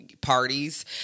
parties